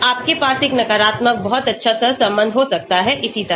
आपके पास एक नकारात्मक बहुत अच्छा सहसंबंध हो सकता हैइसकी तरह